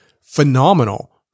phenomenal